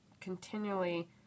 continually